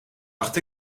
dacht